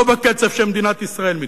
לא בקצב שמדינת ישראל מתפתחת,